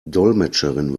dolmetscherin